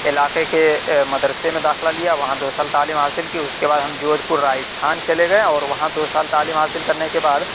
علاقے کے مدرسے میں داخلہ لیا وہاں دو سال تعلیم حاصل کی اس کے بعد ہم جودھپور راجستھان چلے گئے اور وہاں دو سال تعلیم حاصل کرنے کے بعد